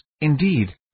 indeed